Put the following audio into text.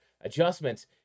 adjustments